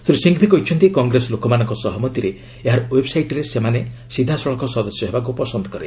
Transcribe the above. ଶ୍ରୀ ସିଂଘଭି କହିଛନ୍ତି କଂଗ୍ରେସ ଲୋକମାନଙ୍କ ସହମତିରେ ଏହାର ଓ୍ୱେବ୍ସାଇଟ୍ରେ ସେମାନେ ସିଧାସଳଖ ସଦସ୍ୟ ହେବାକୁ ପସନ୍ଦ କରେ